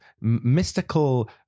mystical